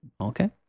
Okay